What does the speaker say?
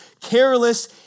careless